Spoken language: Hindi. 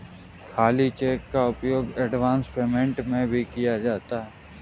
खाली चेक का उपयोग एडवांस पेमेंट में भी किया जाता है